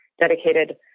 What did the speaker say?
dedicated